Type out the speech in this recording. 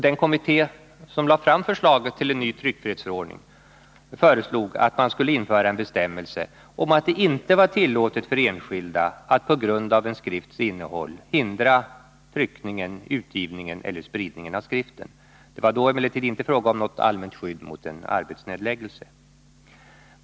Den kommitté som lade fram förslaget till ny tryckfrihetsförordning föreslog att man skulle införa en bestämmelse om att det inte var tillåtet för enskilda att på grund av en skrifts innehåll hindra tryckningen, utgivningen eller Nr 100 spridningen av skriften. Det var emellertid inte fråga om något allmänt skydd mot en arbetsnedläggelse.